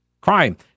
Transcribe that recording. Crime